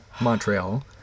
Montreal